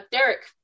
Derek